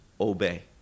obey